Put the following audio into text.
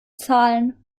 zahlen